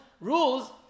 rules